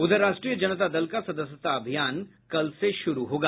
उधर राष्ट्रीय जनता दल का सदस्यता अभियान कल से शुरू होगा